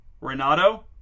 Renato